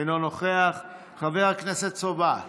אינו נוכח, חבר הכנסת סובה,